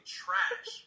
trash